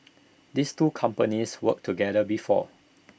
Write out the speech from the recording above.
these two companies worked together before